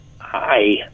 Hi